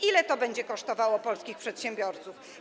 Ile to będzie kosztowało polskich przedsiębiorców?